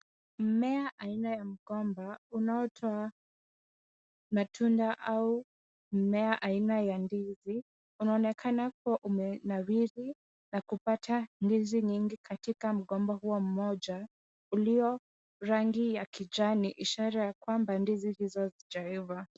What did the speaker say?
Mmea aina ya mgomba unaotoa matunda au mmea aina ya ndizi unaonekana kuwa umenawiri na kupata ndizi nyingi katika mgomba huo mmoja uliyo rangi ya kijani ishara ya kwamba ndizi hizo hazijaiva.